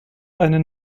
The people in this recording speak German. eine